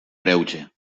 greuge